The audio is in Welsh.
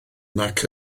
nac